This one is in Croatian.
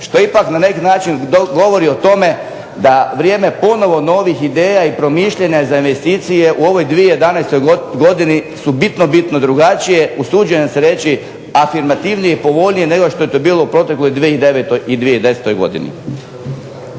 Što ipak na neki način govori o tome da vrijeme ponovno novih ideja i promišljanja za investicije u ovoj 2011. godini su bitno, bitno drugačije. Usuđujem se reći afirmativnije i povoljnije nego što je to bilo u protekloj 2009. i 2010. godini.